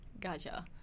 Gotcha